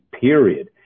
period